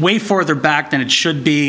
way for the back than it should be